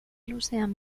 luzean